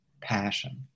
passion